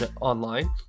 online